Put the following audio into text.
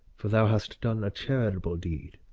for thou hast done a charitable deed.